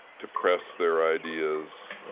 to press their ideas,